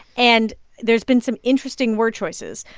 and there's been some interesting word choices.